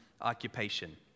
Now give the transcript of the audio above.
occupation